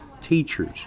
teachers